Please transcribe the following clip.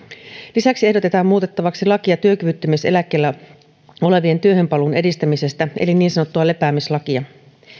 lisäksi ehdotetaan muutettavaksi lakia työkyvyttömyyseläkkeellä olevien työhön paluun edistämisestä eli niin sanottua lepäämislakia